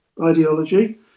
Ideology